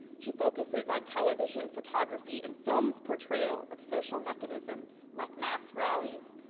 she focuses on television, photography and films portrayal of social mechanisms, like mass rallies,